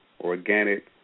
organic